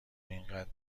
اینقدر